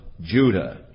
Judah